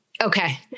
Okay